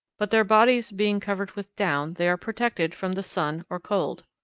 but their bodies being covered with down they are protected from the sun or cold.